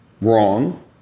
wrong